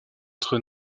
entre